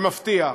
במפתיע,